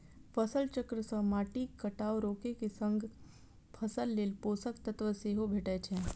फसल चक्र सं माटिक कटाव रोके के संग फसल लेल पोषक तत्व सेहो भेटै छै